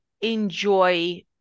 enjoy